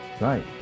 right